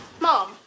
Mom